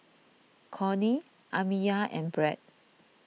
Cornie Amiyah and Brad